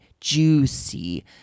juicy